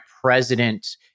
president